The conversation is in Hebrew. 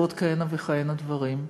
ועוד כהנה וכהנה דברים.